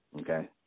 Okay